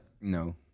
No